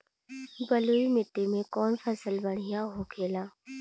बलुई मिट्टी में कौन फसल बढ़ियां होखे ला?